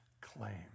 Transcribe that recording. claim